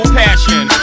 passion